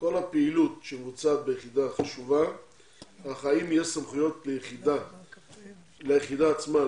כל הפעילות שמבוצעת ביחידה חשובה אך האם יש סמכויות ליחידה עצמה,